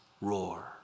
roar